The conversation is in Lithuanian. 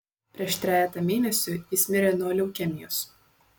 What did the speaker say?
prieš trejetą mėnesių jis mirė nuo leukemijos